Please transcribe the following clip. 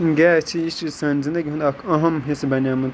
gas چھ یہِ چھِ سٲنۍ زِندَگی ہُنٛد اَکھ اَہَم حِصہٕ بَنیومُت